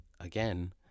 again